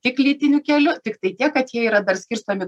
tik lytiniu keliu tiktai tiek kad jie yra dar skirstomi